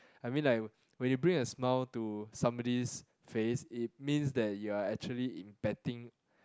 I mean like when you bring a smile to somebody's face it means that you are actually impacting